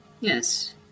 Yes